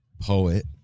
poet